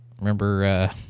Remember